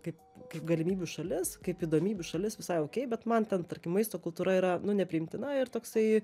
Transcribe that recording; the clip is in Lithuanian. kaip kaip galimybių šalis kaip įdomybių šalis visai okei bet man ten tarkim maisto kultūra yra nu nepriimtina ir toksai